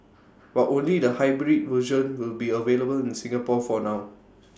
but only the hybrid version will be available in Singapore for now